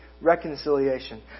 reconciliation